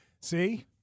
See